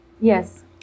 Yes